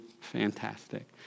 fantastic